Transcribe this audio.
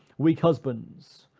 weak husbands,